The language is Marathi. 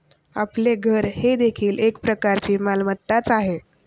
आपले घर हे देखील एक प्रकारची मालमत्ताच आहे